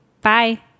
bye